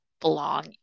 belong